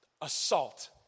assault